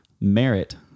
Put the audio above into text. merit